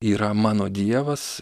yra mano dievas